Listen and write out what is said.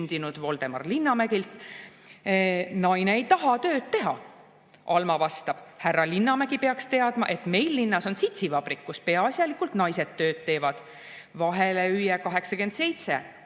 sündinud Voldemar Linnamägilt: "Naine ei taha tööd teha!" Alma vastab: "Härra Linnamägi peaks teadma, et meil linnas on sitsiwabrik, kus peaasjalikult naised tööd teevad!" Vahelehüüe 1887